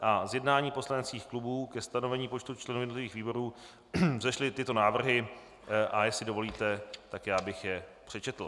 Z jednání poslaneckých klubů ke stanovení počtu členů jednotlivých výborů vzešly tyto návrhy, a jestli dovolíte, tak já bych je přečetl: